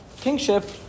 kingship